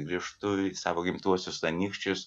grįžtu į savo gimtuosius anykščius